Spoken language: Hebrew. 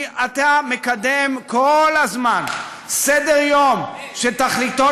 כי אתה מקדם כל הזמן סדר-יום שתכליתו